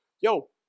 yo